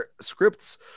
scripts